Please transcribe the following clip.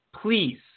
Please